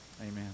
amen